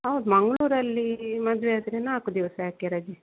ಹೌದು ಮಂಗ್ಳೂರಲ್ಲಿ ಮದುವೆ ಆದರೆ ನಾಲ್ಕು ದಿವಸ ಯಾಕೆ ರಜೆ